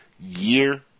year